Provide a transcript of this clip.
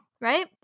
Right